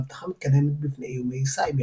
ואבטחה מתקדמת בפני איומי סייבר.